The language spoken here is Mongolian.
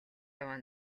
яваа